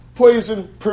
poison